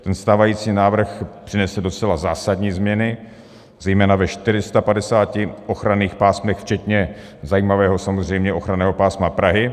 Ten stávající návrh přinese docela zásadní změny, zejména ve 450 ochranných pásmech včetně zajímavého samozřejmě ochranného pásma Prahy.